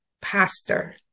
pastor